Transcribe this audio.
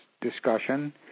discussion